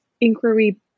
inquiry